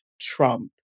Trump